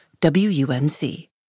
WUNC